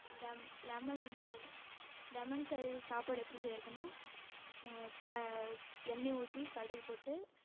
லெ லெமன் வந்து லெமன் செய்கிற சாப்பாடு எப்படி செய்கிறதுன்னா த எண்ணெயை ஊற்றி கடுகு போட்டு